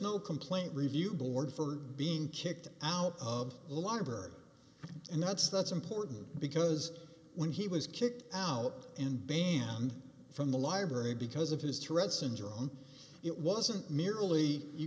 no complaint review board for being kicked out of libraries and that's that's important because when he was kicked out in banned from the library because of his tourette's syndrome it wasn't merely you